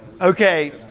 Okay